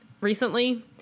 recently